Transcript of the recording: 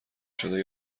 شده